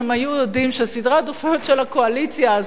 יודעים שסדרי העדיפויות של הקואליציה הזאת,